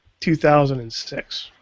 2006